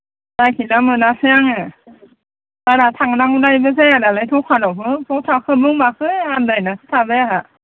नागिरना मोनासै आङो बारा थांबांनायबो जाया नालाय दखानावबो बबाव थाखो बबाव माखो आन्दायनासो थाबाय आंहा